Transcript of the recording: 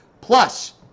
Plus